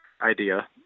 idea